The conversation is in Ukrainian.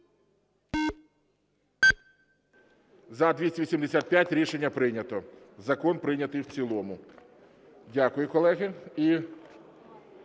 За-285 Рішення прийнято. Закон прийнятий в цілому. Дякую, колеги.